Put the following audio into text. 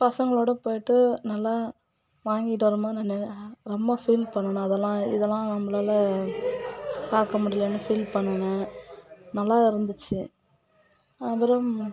பசங்களோட போய்ட்டு நல்லா வாங்கிக்கிட்டு வரமா நான் ரொம்ப ஃபீல் பண்ணுனேன் அதெல்லாம் இதெல்லாம் நம்மளால பார்க்க முடியலைன்னு ஃபீல் பண்ணுனேன் நல்லா இருந்துச்சு அப்புறம்